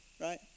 right